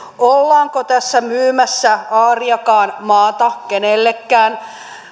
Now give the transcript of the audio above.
ollaanko tässä myymässä aariakaan maata kenellekään